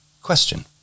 Question